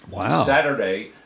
Saturday